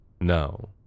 Now